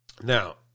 Now